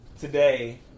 today